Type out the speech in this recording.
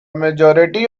majority